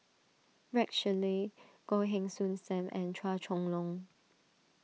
Rex Shelley Goh Heng Soon Sam and Chua Chong Long